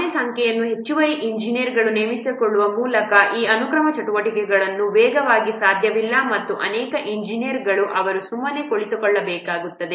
ಯಾವುದೇ ಸಂಖ್ಯೆಯ ಹೆಚ್ಚುವರಿ ಇಂಜಿನಿಯರ್ಗಳನ್ನು ನೇಮಿಸಿಕೊಳ್ಳುವ ಮೂಲಕ ಈ ಅನುಕ್ರಮ ಚಟುವಟಿಕೆಗಳನ್ನು ವೇಗಗೊಳಿಸಲು ಸಾಧ್ಯವಿಲ್ಲ ಮತ್ತು ಅನೇಕ ಇಂಜಿನಿಯರ್ಗಳನ್ನು ಅವರು ಸುಮ್ಮನೆ ಕುಳಿತುಕೊಳ್ಳಬೇಕಾಗುತ್ತದೆ